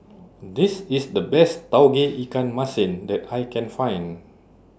This IS The Best Tauge Ikan Masin that I Can Find